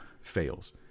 fails